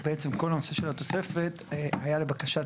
בעצם כל הנושא של התוספת היה לבקשת